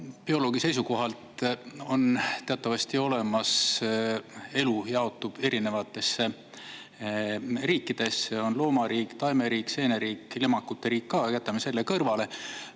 Bioloogi seisukohalt teatavasti elu jaotub erinevatesse riikidesse: on loomariik, taimeriik, seeneriik, limakute riik ka, aga jätame selle kõrvale.